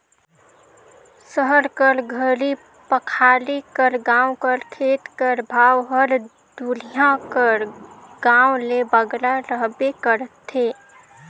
सहर कर घरी पखारी कर गाँव कर खेत कर भाव हर दुरिहां कर गाँव ले बगरा रहबे करथे